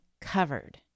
covered